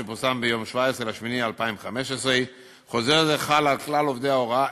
שפורסם ביום 17 באוגוסט 2015. חוזר זה חל על כלל עובדי ההוראה,